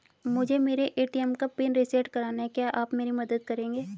मुझे मेरे ए.टी.एम का पिन रीसेट कराना है क्या आप मेरी मदद करेंगे?